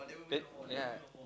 then yeah